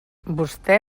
vostè